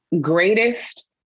greatest